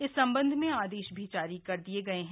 इस संबंध में आदेश भी जारी कर दिए गए हैं